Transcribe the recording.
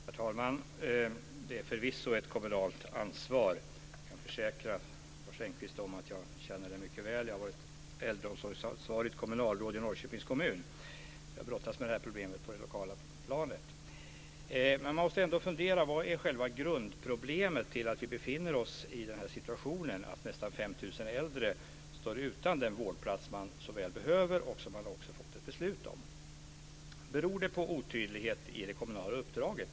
Herr talman! Det är förvisso ett kommunalt ansvar. Jag kan försäkra Lars Engqvist om att jag känner till det mycket väl. Jag har varit äldreomsorgsansvarigt kommunalråd i Norrköpings kommun. Jag har brottats med det här problemet på det lokala planet. Men man måste ändå fundera över vad själva grundorsaken är till att vi befinner oss i den här situationen, där nästan 5 000 äldre står utan den vårdplats som de så väl behöver och som de också har fått ett beslut om. Beror det på otydlighet i det kommunala uppdraget?